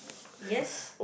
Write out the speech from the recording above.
yes